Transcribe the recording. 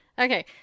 okay